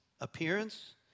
appearance